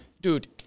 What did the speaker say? Dude